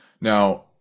Now